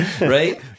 right